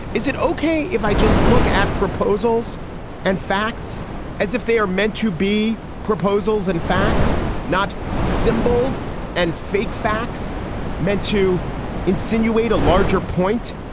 is it ok if i just look at proposals and facts as if they are meant to be proposals and facts, not symbols and fake facts meant to insinuate a larger point.